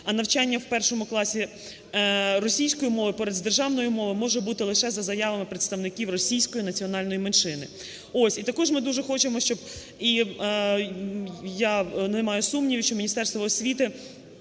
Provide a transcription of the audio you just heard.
А навчання в першому класі російською мовою поряд з державною мовою може бути лише за заявами представників російської національної меншини. І також ми дуже хочемо, щоб, я не маю сумнівів, що Міністерство освіти